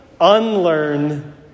unlearn